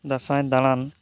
ᱫᱟᱸᱥᱟᱭ ᱫᱟᱬᱟᱱ